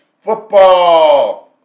Football